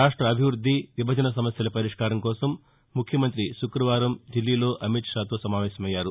రాష్ట అభివృద్ది విభజన సమస్యల పరిష్కారం కోసం ముఖ్యమంతి శుక్రవారం దిల్లీలో అమిత్ షాతో సమావేశమయ్యారు